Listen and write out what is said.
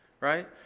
right